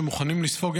שמוכנים לספוג,